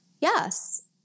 yes